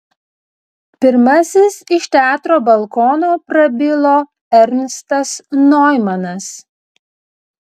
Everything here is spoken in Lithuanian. pirmasis iš teatro balkono prabilo ernstas noimanas